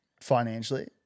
financially